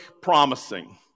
promising